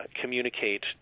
communicate